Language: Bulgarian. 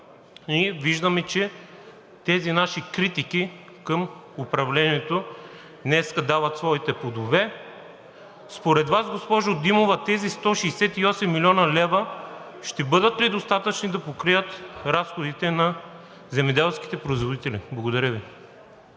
и виждаме, че тези наши критики към управлението днес дават своите плодове. Според Вас, госпожо Димова, тези 168 млн. лв. ще бъдат ли достатъчни да покрият разходите на земеделските производители? Благодаря Ви.